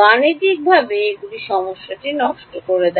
গাণিতিকভাবে এগুলি সমস্যাটি নষ্ট করে দেয়